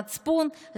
מצפון,